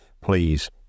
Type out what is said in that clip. please